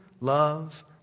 love